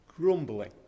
Grumbling